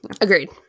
agreed